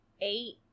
eight